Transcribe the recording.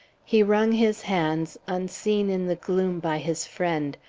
he wrung his hands, unseen in the gloom by his friend,